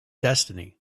destiny